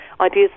ideas